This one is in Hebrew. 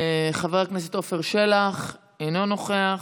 חבר הכנסת עפר שלח, אינו נוכח,